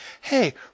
hey